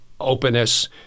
openness